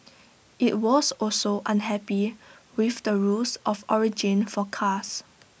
IT was also unhappy with the rules of origin for cars